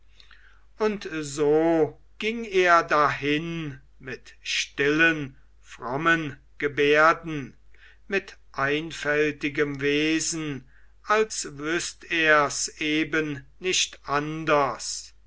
und so ging er dahin mit stillen frommen gebärden mit einfältigem wesen als wüßt ers eben nicht anders